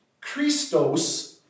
Christos